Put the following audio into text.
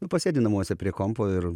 nu pasėdi namuose prie kompo ir